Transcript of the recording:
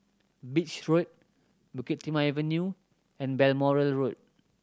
Beach Road Bukit Timah Avenue and Balmoral Road